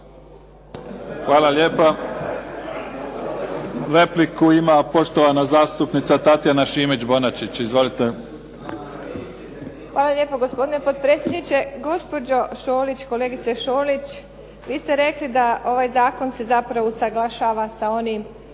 Hvala lijepa. Repliku ima poštovana zastupnica Tatjana Šimac-Bonačić. **Šimac Bonačić, Tatjana (SDP)** Hvala lijepa. Gospodine potpredsjedniče. Gospođo Šolić, kolegice Šolić vi ste rekli da ovaj zakon se zapravo usaglašava sa onim